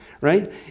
right